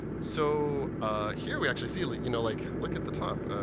so here we actually see, like you know, like look at the top.